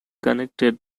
connected